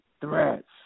threats